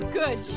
good